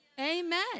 Amen